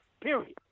period